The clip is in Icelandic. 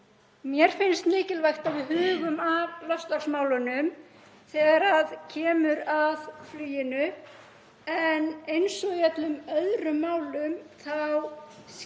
Mér finnst mikilvægt að við hugum að loftslagsmálunum þegar kemur að fluginu en eins og í öllum öðrum málum þá